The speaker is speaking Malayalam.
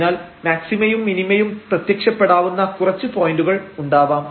അതിനാൽ മാക്സിമയും മിനിമയും പ്രത്യക്ഷപ്പെടാവുന്ന കുറച്ച് പോയന്റുകൾ ഉണ്ടാവാം